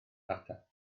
ardal